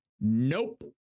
Nope